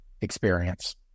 experience